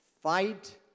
Fight